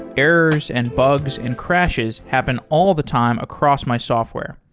errors, and bugs, and crashes happen all the time across my software.